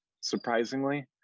surprisingly